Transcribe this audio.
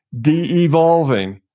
de-evolving